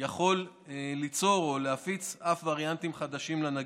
יכולה ליצור או להפיץ אף וריאנטים חדשים לנגיף,